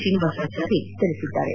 ಶ್ರೀನಿವಾಸಾಚಾರಿ ತಿಳಿಸಿದ್ದಾರೆ